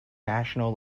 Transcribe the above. national